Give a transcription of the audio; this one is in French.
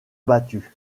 battu